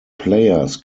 players